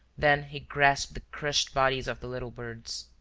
then he grasped the crushed bodies of the little birds.